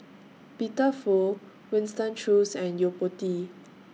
Peter Fu Winston Choos and Yo Po Tee